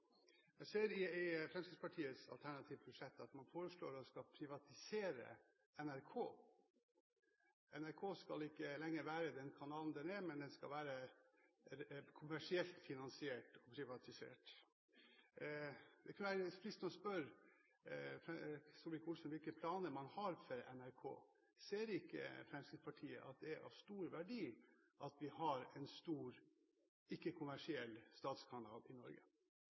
Jeg ser i Fremskrittspartiets alternative budsjett at man foreslår å privatisere NRK. NRK skal ikke lenger være den kanalen den er, men den skal være kommersielt finansiert og privatisert. Det kunne være fristende å spørre Solvik-Olsen om hvilke planer man har for NRK. Ser ikke Fremskrittspartiet at det er av stor verdi at vi har en stor ikke-kommersiell statskanal i Norge?